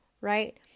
right